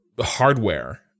hardware